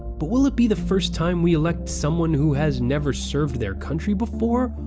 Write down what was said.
but will it be the first time we elect someone who has never served their country before?